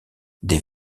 des